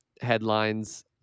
headlines